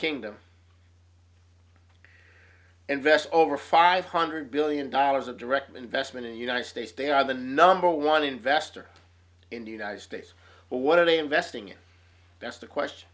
kingdom invest over five hundred billion dollars of direct investment in united states they are the number one investor in the united states what are they investing in that's the question